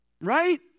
Right